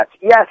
yes